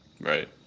Right